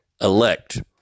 Elect